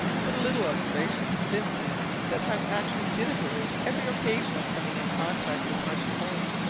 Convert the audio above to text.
but a little observation convinced me that hunt actually did avoid every occasion of coming in contact with martin holt.